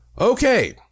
Okay